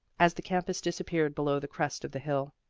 as the campus disappeared below the crest of the hill,